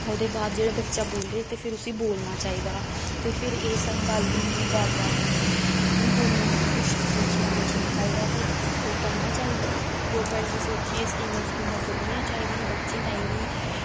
ओह्दे बाद जेह्ड़ा बच्चा बोल्लै ते फिर उसी बोलना चाहिदा ते फिर एह् सब गल्ल होंदी गल्ल बात होंदी ते हून गौरमैंट गी कुछ सोचना चाहिदा ते ओह् करना चाहिदा गौरमैंट गी सोचिये स्कीमां स्कूमां कड्ढनियां चाही दियां बच्चें तांईं बी